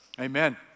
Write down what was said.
Amen